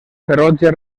ferotge